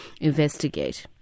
investigate